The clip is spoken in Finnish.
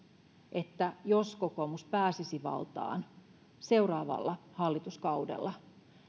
että jos kokoomus pääsisi valtaan seuraavalla hallituskaudella